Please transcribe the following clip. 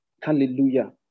Hallelujah